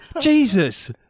Jesus